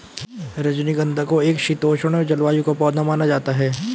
रजनीगंधा को एक शीतोष्ण जलवायु का पौधा माना जाता है